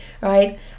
right